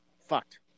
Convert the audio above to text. fucked